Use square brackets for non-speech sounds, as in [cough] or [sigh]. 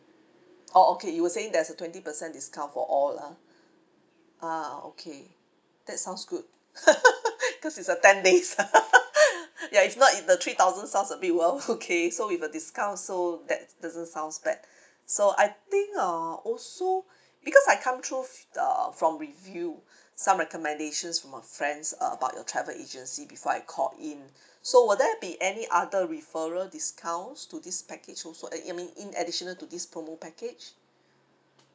orh okay you were saying there is a twenty percent discount for all lah [breath] ah okay that sounds good [laughs] [breath] cause it's a ten days [laughs] [breath] ya if not if the three thousands sounds a bit !wow! [laughs] okay so with a discount so that doesn't sounds bad [breath] so I think uh also [breath] because I come through uh from review [breath] some recommendation from my friends uh about your travel agency before I called in [breath] so will there be any other referral discounts to this package also uh I mean in additional to this promo package